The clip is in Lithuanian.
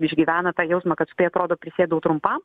išgyvena tą jausmą kad štai atrodo prisėdau trumpam